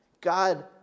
God